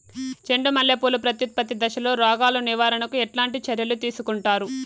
చెండు మల్లె పూలు ప్రత్యుత్పత్తి దశలో రోగాలు నివారణకు ఎట్లాంటి చర్యలు తీసుకుంటారు?